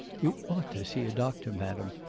you ought to see a doctor madam,